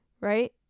right